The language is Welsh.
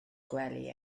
gwely